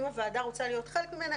אם הוועדה רוצה להיות חלק ממנה,